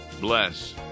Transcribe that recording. bless